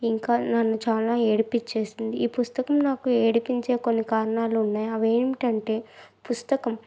ఇంకా నన్ను చాలా ఏడిపించేస్తుంది ఈ పుస్తకం నాకు ఏడిపించే కొన్ని కారణాలు ఉన్నాయి అవి ఏంటంటే పుస్తకం